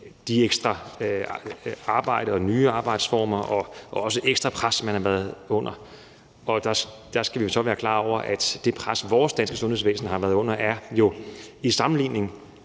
det ekstra arbejde og de nye arbejdsformer, og der har også været et ekstra pres, som man har været under. Der skal vi så være klar over, at hvad angår det pres, vores danske sundhedsvæsen har været under, i sammenligning